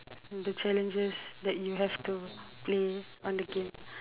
the challenges that you have to play on the game